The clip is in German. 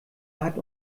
hat